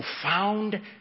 profound